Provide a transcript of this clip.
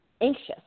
anxious